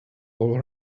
all